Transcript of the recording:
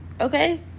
Okay